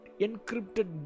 encrypted